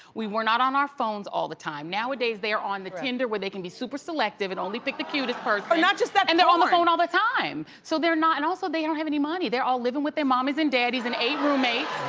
we were not on our phones all the time, nowadays they are on the tinder, where they can be super selective and only pick the cutest person. or but not just that, porn. they're on the phone all the time, so they're not, and also they don't have any money, they're all living with their mommies and daddies and eight roommates,